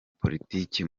politiki